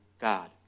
God